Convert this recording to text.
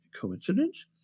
coincidence